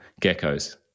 geckos